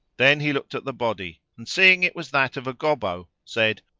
then he looked at the body and seeing it was that of a gobbo, said,